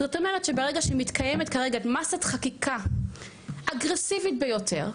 זאת אומרת שמתקיימת כרגע מסת חקיקה אגרסיבית ביותר,